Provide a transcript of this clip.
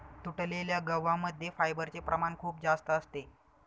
तुटलेल्या गव्हा मध्ये फायबरचे प्रमाण खूप जास्त असते